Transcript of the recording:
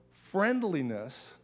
friendliness